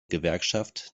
gewerkschaft